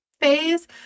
phase